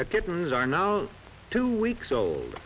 that kittens are now two weeks old